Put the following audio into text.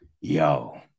yo